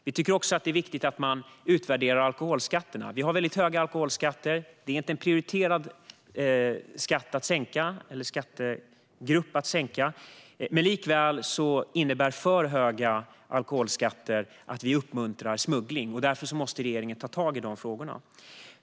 Det är även viktigt att utvärdera de höga alkoholskatterna. Det är inte en prioriterad skattegrupp att sänka, men likväl innebär för höga alkoholskatter att vi uppmuntrar smuggling. Därför måste regeringen ta tag i dessa frågor.